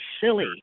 silly